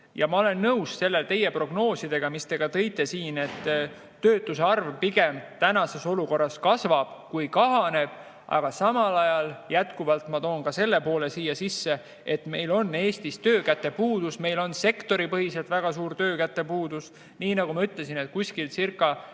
Ma olen nõus teie prognoosidega, mis te siin tõite, et töötute arv tänases olukorras pigem kasvab, kui kahaneb. Aga samal ajal jätkuvalt ma toon ka selle poole siia sisse, et meil on Eestis töökäte puudus, meil on sektoripõhiselt väga suur töökäte puudus. Nagu ma ütlesin, circa10